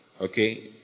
okay